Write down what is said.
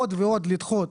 עוד ועוד לדחות,